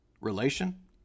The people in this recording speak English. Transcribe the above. relation